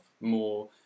more